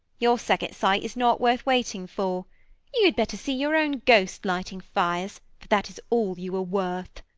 your second sight is not worth waiting for you had better see your own ghost lighting fires, for that is all you are worth.